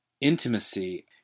intimacy